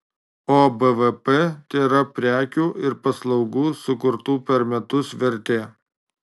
o bvp tėra prekių ir paslaugų sukurtų per metus vertė